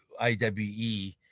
IWE